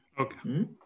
Okay